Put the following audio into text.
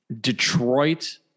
Detroit